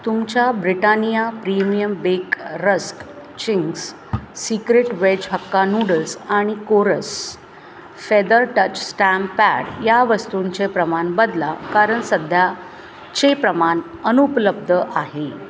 तुमच्या Britannia premium bake rusk Ching's secret veg Hakka noodles आणि Kores feather touch stamp pad या वस्तूंचे प्रमाण बदला कारण सध्याचे प्रमाण अनुपलब्ध आहे